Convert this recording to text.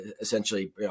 essentially